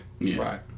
Right